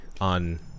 on